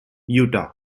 utah